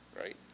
right